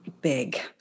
big